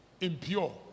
impure